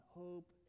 hope